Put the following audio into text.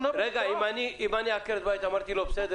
עם דיבורית כמובן,